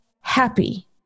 happy